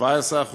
17%,